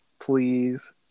please